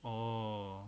oh